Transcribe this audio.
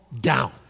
down